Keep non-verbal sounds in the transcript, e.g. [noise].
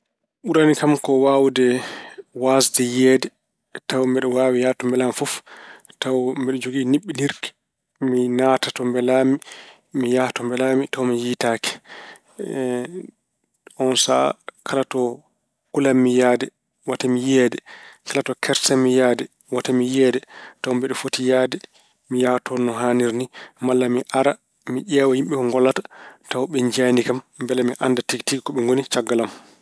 Ɓurani kam ko waawde wasde yiyeede tawa mbeɗa waawi yahde to mbelaami fof, tawa mbeɗa jogii niɓɓinirki. Mi naata mbelaami, mi yaha to mbelaami tawa mi yiyataake. [hesitation] Oon sahaa kala to kulammi yahde wota mi yiyeede, kala to kersammi yahde wota mi yiyeede, tawa mbeɗa foti yahde, mi yaha toon no haaniri ni. Malla mi ara mi ƴeewa yimɓe ko ngollata tawa ɓe njiyaani kam mbele mi adda tigi ko ɓe ngoni caggal am.